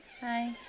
hi